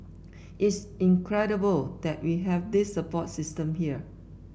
it's incredible that we have this support system here